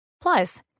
Plus